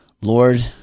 Lord